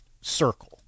circle